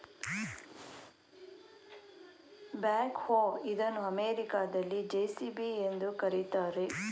back ಹೋ ಇದನ್ನು ಅಮೆರಿಕದಲ್ಲಿ ಜೆ.ಸಿ.ಬಿ ಎಂದು ಕರಿತಾರೆ